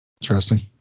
interesting